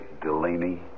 Delaney